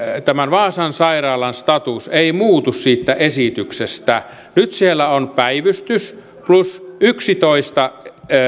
tämän vaasan sairaalan status ei muutu siitä esityksestä nyt siellä on päivystys plus yksitoista